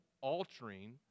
altering